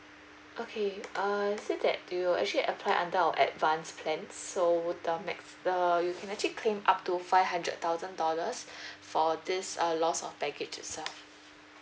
okay uh seem that you actually apply under our advanced plan so would the max uh you can actually claim up to five hundred thousand dollars for this uh loss of baggage itself